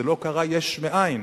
וזה לא קרה יש מאין,